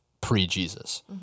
pre-Jesus